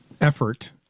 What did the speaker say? effort